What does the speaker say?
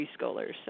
preschoolers